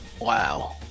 wow